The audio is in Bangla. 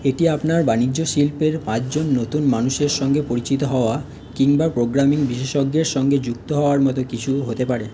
এটি আপনার বাণিজ্য শিল্পের পাঁচজন নতুন মানুষের সঙ্গে পরিচিত হওয়া কিংবা প্রোগ্রামিং বিশেষজ্ঞের সঙ্গে যুক্ত হওয়ার মতো কিছু হতে পারে